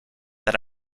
that